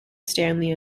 stanley